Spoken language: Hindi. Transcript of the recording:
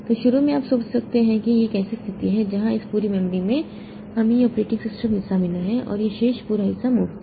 तो शुरू में आप सोच सकते हैं कि यह एक ऐसी स्थिति है जहां इस पूरी मेमोरी में हमें यह ऑपरेटिंग सिस्टम हिस्सा मिला है और यह शेष पूरा हिस्सा मुफ्त है